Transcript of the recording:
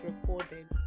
recording